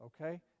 okay